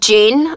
Jane